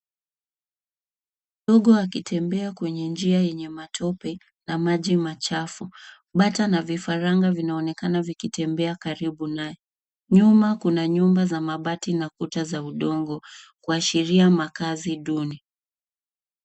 Mdogo akitembea kwenye njia yenye matope na maji machafu . Bata na vifaranga vinaonekana vikitembea karibu nayo. Nyuma kuna nyumba za mabati na kuta za udongo kuashiria makazi duni.